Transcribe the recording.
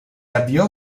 avviò